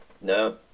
No